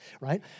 right